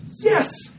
Yes